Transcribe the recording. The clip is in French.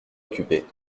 occupés